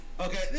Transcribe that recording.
Okay